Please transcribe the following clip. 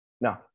no